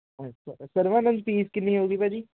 ਅੱਛਾ ਸਰਵਾਨੰਦ ਫੀਸ ਕਿੰਨੀ ਹੋਊਗੀ ਭਾਅ ਜੀ